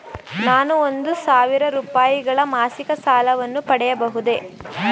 ನಾನು ಒಂದು ಸಾವಿರ ರೂಪಾಯಿಗಳ ಮಾಸಿಕ ಸಾಲವನ್ನು ಪಡೆಯಬಹುದೇ?